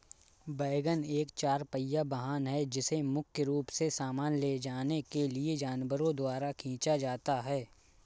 wagon एक चार पहिया वाहन है जिसे मुख्य रूप से सामान ले जाने के लिए जानवरों द्वारा खींचा जाता है